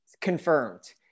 confirmed